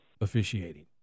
officiating